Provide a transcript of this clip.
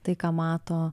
tai ką mato